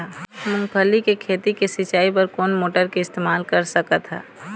मूंगफली के खेती के सिचाई बर कोन मोटर के इस्तेमाल कर सकत ह?